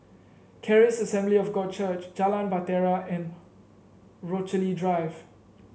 Charis Assembly of God Church Jalan Bahtera and Rochalie Drive